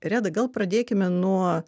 reda gal pradėkime nuo